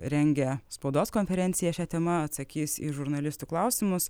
rengia spaudos konferenciją šia tema atsakys į žurnalistų klausimus